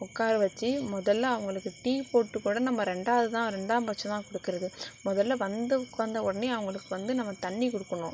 உட்கார வச்சு முதலில் அவங்களுக்கு டீ போட்டு கூட நம்ம ரெண்டாவது தான் ரெண்டாம் பச்சம் தான் கொடுக்கறது மொதலில் வந்து உக்காந்தஉடனே அவங்களுக்கு வந்து நம்ம தண்ணி கொடுக்கணும்